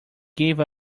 gave